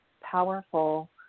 powerful